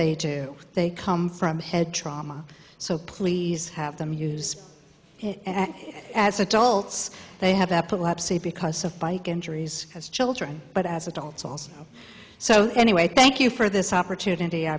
they do they come from head trauma so please have them use it as adults they have epilepsy because of bike injuries as children but as adults also so anyway thank you for this opportunity i